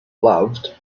loved